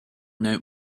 note